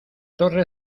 torre